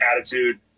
attitude